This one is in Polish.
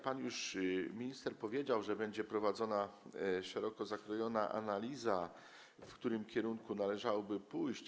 Pan minister już powiedział, że będzie prowadzona szeroko zakrojona analiza, w którym kierunku należałoby pójść.